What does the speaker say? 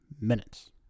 minutes